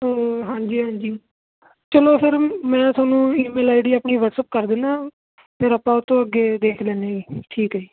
ਅਤੇ ਹਾਂਜੀ ਹਾਂਜੀ ਚਲੋ ਸਰ ਮੈਂ ਤੁਹਾਨੂੰ ਈਮੇਲ ਆਈਡੀ ਆਪਣੀ ਵਟਸਅਪ ਕਰ ਦਿੰਦਾ ਫਿਰ ਆਪਾਂ ਉੱਤੋਂ ਅੱਗੇ ਦੇਖ ਲੈਂਦੇ ਜੀ ਠੀਕ ਹੈ